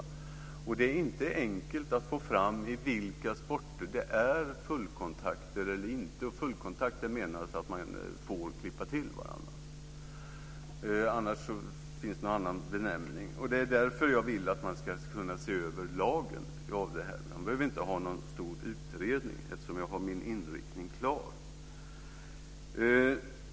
Jag kan försäkra att det inte är enkelt att få fram i vilka sporter det är fullkontakter eller inte. Med fullkontakter menas att man får klippa till varandra, annars finns någon annan benämning. Det är därför att jag vill att man ska kunna se över lagen. Man behöver inte ha någon stor utredning, eftersom jag har min inriktning klar.